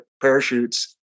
parachutes